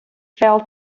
fell